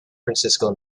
francisco